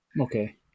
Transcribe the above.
Okay